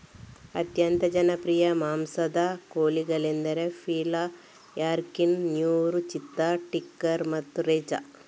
ಅತ್ಯಂತ ಜನಪ್ರಿಯ ಮಾಂಸದ ಕೋಳಿಗಳೆಂದರೆ ಪೀಲಾ, ಯಾರ್ಕಿನ್, ನೂರಿ, ಚಿತ್ತಾ, ಟೀಕರ್ ಮತ್ತೆ ರೆಜಾ